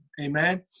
Amen